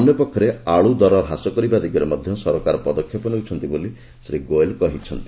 ଅନ୍ୟ ପକ୍ଷରେ ଆଳୁ ଦର ହ୍ରାସ କରିବା ଦିଗରେ ମଧ୍ୟ ସରକାର ପଦକ୍ଷେପ ନେଉଛନ୍ତି ବୋଲି ଶ୍ରୀ ଗୋଏଲ କହିଚ୍ଛନ୍ତି